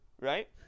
right